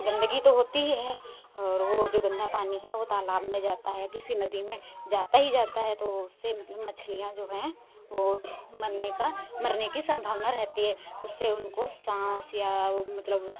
गंदगी तो होती है और वो जो गंदा पानी है तालाब में जाता है किसी नदी में जाता ही जाता है तो वो उससे मछलियां जो है वो मरने का मरने की सम्भावना रहती है उससे उनको सांस या मतलब